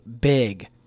big